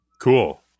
Cool